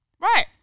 Right